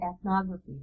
ethnography